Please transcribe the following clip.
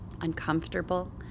uncomfortable